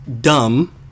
dumb